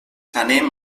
anem